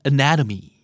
Anatomy